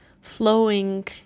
flowing